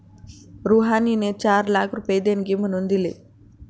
रुहानीने चार लाख रुपये देणगी म्हणून दिले